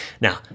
Now